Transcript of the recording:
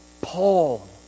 Paul